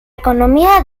economía